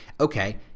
Okay